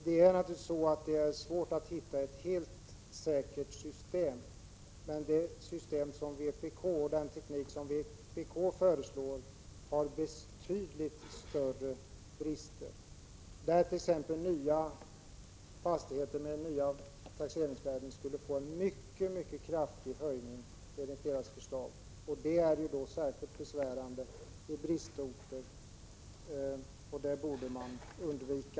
Det är naturligtvis svårt att hitta ett helt säkert system, men den teknik som vpk föreslår har mycket större brister. Fastigheter med nya taxeringsvärden skulle få en mycket kraftig höjning enligt vpk:s förslag. Det är särskilt besvärande i bristorter, och det borde man undvika.